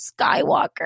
Skywalker